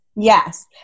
Yes